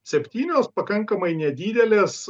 septynios pakankamai nedidelės